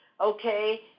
okay